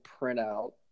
printout